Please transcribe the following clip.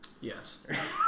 Yes